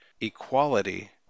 equality